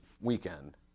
weekend